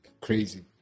crazy